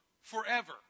forever